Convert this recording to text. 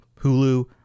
Hulu